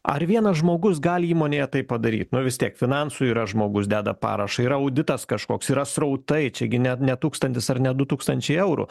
ar vienas žmogus gali įmonėje tai padaryt nu vis tiek finansų yra žmogus deda parašą yra auditas kažkoks yra srautai čiagi ne ne tūkstantis ar ne du tūkstančiai eurų